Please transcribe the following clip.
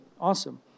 awesome